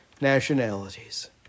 nationalities